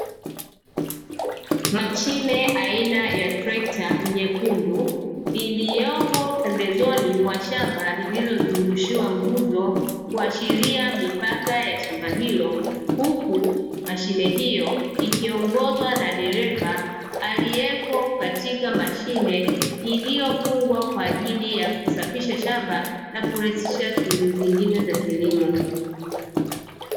Mashine aina ya trekta nyekundu, iliyopo pembezoni mwa shamba lililozungushiwa nguzo, kuashiria mipaka ya shamba hilo, huku mashine hiyo ikiongozwa na dereva, aliyeko katika mashine iliyofungwa kwa ajili ya kusafisha shamba na kurahisisha shughuli zingine za kilimo.